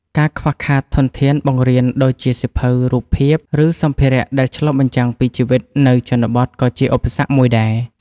ការខ្វះខាតធនធានបង្រៀនដូចជាសៀវភៅរូបភាព ឬសម្ភារៈដែលឆ្លុះបញ្ចាំងពីជីវិតនៅជនបទក៏ជាឧបសគ្គមួយដែរ។